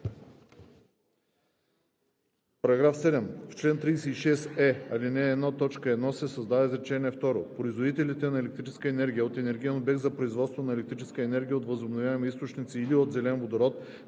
§ 7: „§ 7. В чл. 36е, ал. 1, т. 1 се създава изречение второ: „Производителите на електрическа енергия от енергиен обект за производство на електрическа енергия от възобновяеми източници или от зелен водород,